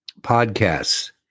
podcasts